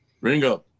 Ringo